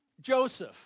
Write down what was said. Joseph